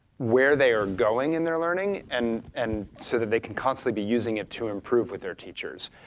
where they are going in their learning, and and so that they can constantly be using it to improve with their teachers.